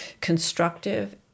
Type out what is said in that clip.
constructive